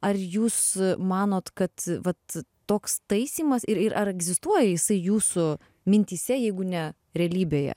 ar jūs manot kad vat toks taisymas ir ir ar egzistuoja jisai jūsų mintyse jeigu ne realybėje